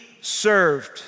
served